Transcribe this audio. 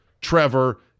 Trevor